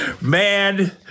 Man